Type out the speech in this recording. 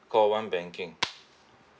call one banking